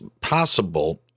possible